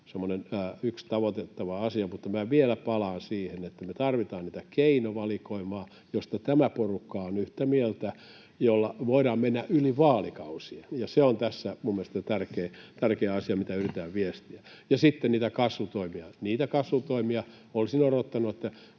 yksi tavoitettava asia, mutta minä vielä palaan siihen, että me tarvitaan sitä keinovalikoimaa, josta tämä porukka on yhtä mieltä ja jolla voidaan mennä yli vaalikausien. Se on tässä minun mielestäni se tärkeä asia, mitä yritän viestiä. Ja sitten olisin odottanut niistä kasvutoimista, mitä